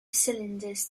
cylinders